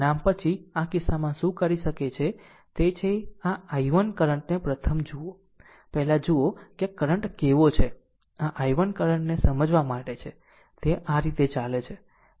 આમ પછી આ કિસ્સામાં શું કરી શકે છે તે છે આ I1 કરંટ ને પ્રથમ જુઓ પહેલા જુઓ કે આ કરંટ કેવો છે આ I1 કરંટ ને સમજવા માટે છે તે આ રીતે ચાલે છે